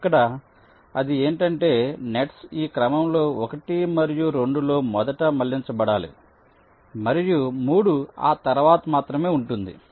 ఇక్కడ అది ఏమిటంటే నెట్స్ ఈ క్రమంలో 1 మరియు 2 లో మొదట మళ్ళించబడాలి మరియు 3 ఆ తరువాత మాత్రమే ఉంటుంది